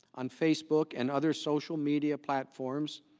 on facebook and other social media platforms,